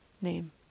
name